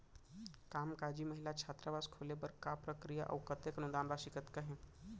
कामकाजी महिला छात्रावास खोले बर का प्रक्रिया ह अऊ कतेक अनुदान राशि कतका हे?